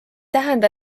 tähenda